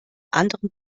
anderen